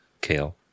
kale